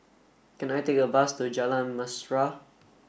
can I take a bus to Jalan Mesra